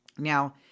Now